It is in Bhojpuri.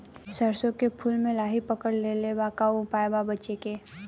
सरसों के फूल मे लाहि पकड़ ले ले बा का उपाय बा बचेके?